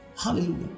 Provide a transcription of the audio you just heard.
Hallelujah